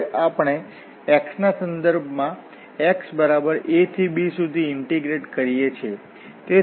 હવે આપણે x ના સંદર્ભમાં x બરાબર a થી b સુધી ઇન્ટીગ્રેટ કરીએ છીએ